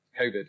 COVID